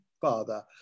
father